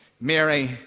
Mary